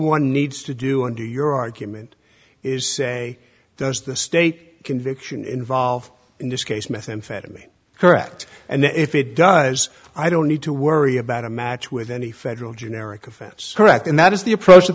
one needs to do and do your argument is to say does the state conviction involved in this case methamphetamine correct and if it does i don't need to worry about a match with any federal generic offense correct and that is the approach t